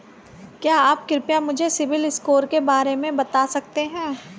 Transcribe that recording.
क्या आप कृपया मुझे सिबिल स्कोर के बारे में बता सकते हैं?